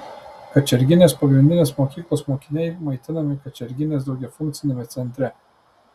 kačerginės pagrindinės mokyklos mokiniai maitinami kačerginės daugiafunkciame centre